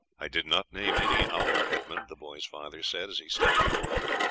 i did not name any hour, edmund, the boy's father said, as he stepped from the water,